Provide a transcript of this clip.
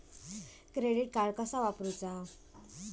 Credit card कसा वापरूचा?